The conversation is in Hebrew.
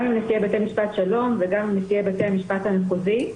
גם עם נשיאי בתי משפט שלום וגם עם נשיאי בתי המשפט המחוזי.